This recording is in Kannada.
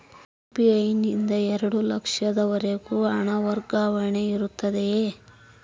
ಯು.ಪಿ.ಐ ನಿಂದ ಎರಡು ಲಕ್ಷದವರೆಗೂ ಹಣ ವರ್ಗಾವಣೆ ಇರುತ್ತದೆಯೇ?